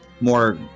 more